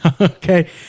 okay